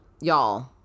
y'all